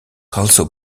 also